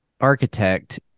architect